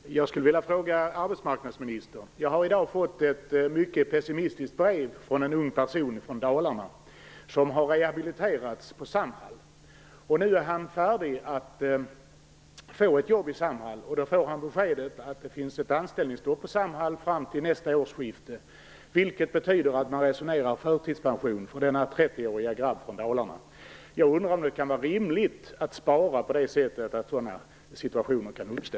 Herr talman! Jag vill ställa en fråga till arbetsmarknadsministern. Jag har i dag fått ett mycket pessimistiskt brev från en ung person från Dalarna som har rehabiliterats på Samhall. Nu är han färdig att få ett jobb i Samhall. Han får då beskedet att det är anställningsstopp på Samhall fram till nästa årsskifte, vilket innebär att man diskuterar förtidspension för denne 30-årige grabb från Dalarna. Jag undrar om det kan vara rimligt att spara på det sättet att sådana situationer kan uppstå.